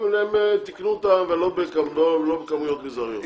תיקנו אותה ולא בכמויות מזעריות.